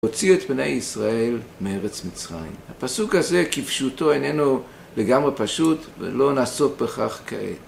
הוציא את בני ישראל מארץ מצרים. הפסוק הזה כפשוטו איננו לגמרי פשוט ולא נעסוק בכך כעת.